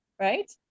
right